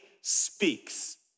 speaks